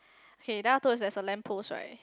okay then afterwards there's a lamp post right